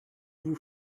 vous